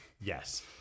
Yes